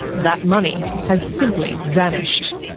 that money has simply vanished.